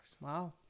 Wow